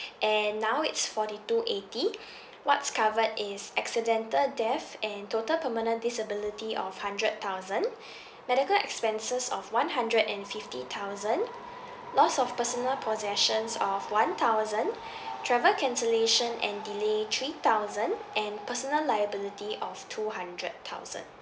and now it's forty two eighty what's covered is accidental death and total permanent disability of hundred thousand medical expenses of one hundred and fifty thousand lost of personal possessions of one thousand travel cancellation and delay three thousand and personal liability of two hundred thousand